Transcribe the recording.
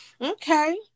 Okay